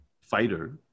fighter